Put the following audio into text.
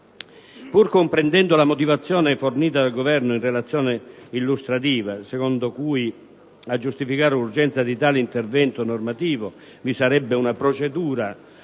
Pur comprendendo la motivazione fornita dal Governo nella relazione illustrativa, secondo cui, a giustificare l'urgenza di tale intervento normativo, vi sarebbe una procedura